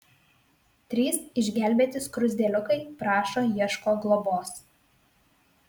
trys išgelbėti skruzdėliukai prašo ieško globos